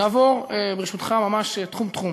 נעבור, ברשותך, ממש תחום-תחום.